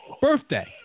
birthday